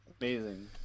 Amazing